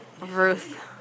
Ruth